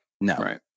No